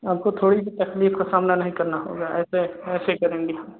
आपको थोड़ी भी तकलीफ़ का सामना नहीं करना होगा ऐसे ऐसे करेंगे हम